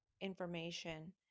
information